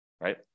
right